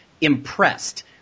impressed